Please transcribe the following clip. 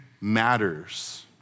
matters